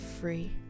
free